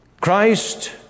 Christ